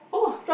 !wah!